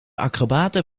acrobaten